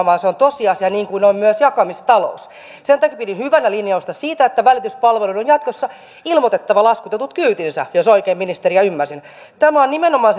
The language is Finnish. vaan se on tosiasia niin kuin on myös jakamistalous sen takia pidin hyvänä linjausta siitä että välityspalveluiden on jatkossa ilmoitettava laskutetut kyytinsä jos oikein ministeriä ymmärsin tämä on nimenomaan